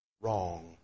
wrong